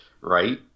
Right